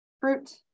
fruit